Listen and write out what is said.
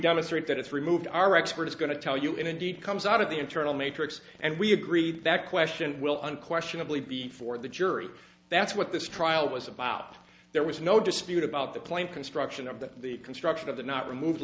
demonstrate that it's removed our expert is going to tell you indeed comes out of the internal matrix and we agree that the question will unquestionably before the jury that's what this trial was about there was no dispute about the plant construction of the construction of the not removed